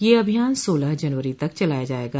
यह अभियान सोलह जनवरी तक चलाया जायेगा